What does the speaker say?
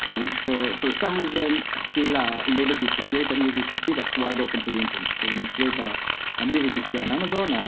which for for some reason still um enables you to create a new vpc that's wide open to the internet. so when you create a new vpc on amazon,